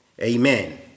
amen